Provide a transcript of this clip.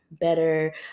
better